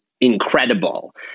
incredible